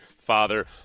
father